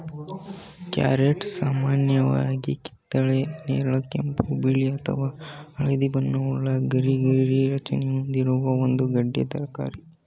carrot ಸಾಮಾನ್ಯವಾಗಿ ಕಿತ್ತಳೆ ನೇರಳೆ ಕೆಂಪು ಬಿಳಿ ಅಥವಾ ಹಳದಿ ಬಣ್ಣವುಳ್ಳ ಗರಿಗರಿ ರಚನೆ ಹೊಂದಿರುವ ಒಂದು ಗೆಡ್ಡೆ ತರಕಾರಿ